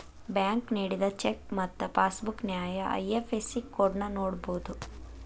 bank ನೇಡಿದ cheque ಮತ್ತ passbook ನ್ಯಾಯ ಐ.ಎಫ್.ಎಸ್.ಸಿ ಕೋಡ್ನ ನೋಡಬೋದು